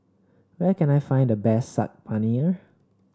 where can I find the best Saag Paneer